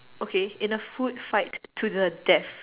okay in a food fight to the death